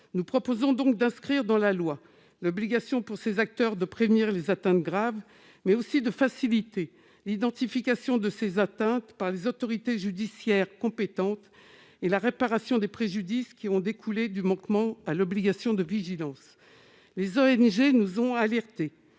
Nous proposons d'inscrire dans la loi l'obligation pour ces acteurs de prévenir les atteintes graves, mais aussi de faciliter l'identification de ces atteintes par les autorités judiciaires compétentes et la réparation des préjudices qui ont découlé du manquement à l'obligation de vigilance. Les organisations